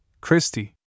Christie